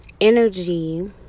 energy